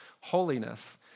holiness